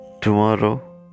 tomorrow